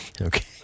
Okay